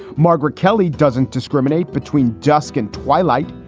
margaret kelly doesn't discriminate between dusk and twilight.